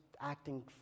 acting